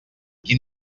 quin